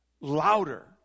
louder